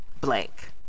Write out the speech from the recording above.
blank